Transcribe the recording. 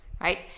Right